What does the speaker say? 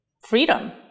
freedom